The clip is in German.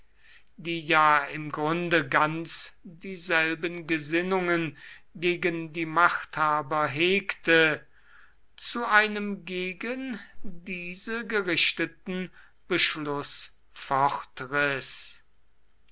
die ja im grunde ganz dieselben gesinnungen gegen die machthaber hegte zu einem gegen diese gerichteten